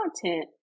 content